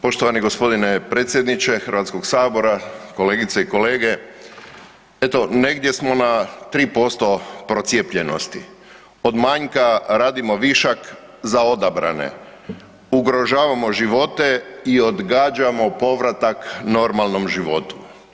Poštovani gospodine predsjedniče Hrvatskog sabora, kolegice i kolege, eto negdje smo na 3% procijepljenosti, od manjka radimo višak za odabrane, ugrožavamo živote i odgađamo povratak normalnom životu.